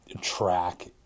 track